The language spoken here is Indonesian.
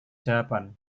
jawaban